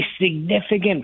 significant